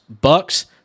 Bucks